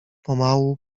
pomału